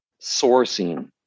sourcing